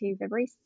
February